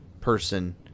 person